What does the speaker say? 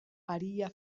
aria